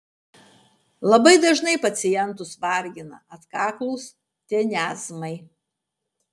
labai dažnai pacientus vargina atkaklūs tenezmai